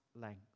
length